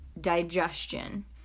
digestion